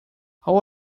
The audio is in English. how